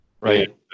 right